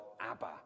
Abba